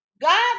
god